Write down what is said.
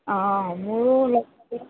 অঁ মোৰো